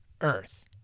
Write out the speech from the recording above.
Earth